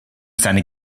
seine